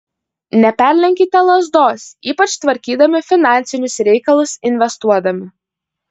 neperlenkite lazdos ypač tvarkydami finansinius reikalus investuodami